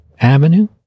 Avenue